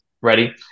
Ready